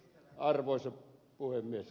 arvoisa puhemies